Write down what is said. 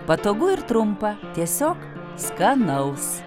patogu ir trumpa tiesiog skanaus